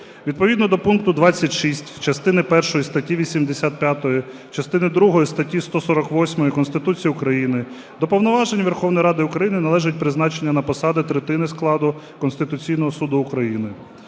Відповідно до пункту 26 частини першої статті 85, частини другої статті 148 Конституції України, до повноважень Верховної Ради України належить призначення на посади третини складу Конституційного Суду України.